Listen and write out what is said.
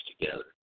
together